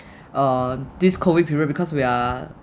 uh this COVID period because we are